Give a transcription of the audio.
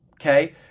Okay